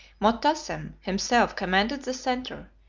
motassem himself commanded the centre,